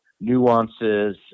nuances